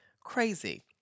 crazy